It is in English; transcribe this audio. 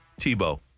Tebow